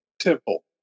temple